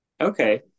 Okay